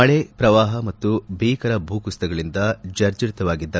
ಮಳೆ ಪ್ರವಾಹ ಮತ್ತು ಭೀಕರ ಭೂಕುತಗಳಿಂದ ಜರ್ಜರಿತವಾಗಿದ್ದ